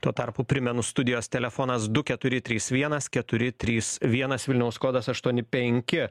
tuo tarpu primenu studijos telefonas du keturi trys vienas keturi trys vienas vilniaus kodas aštuoni penki